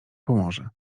pomoże